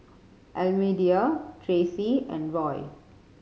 Almedia Traci and Roy